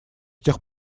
тех